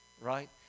Right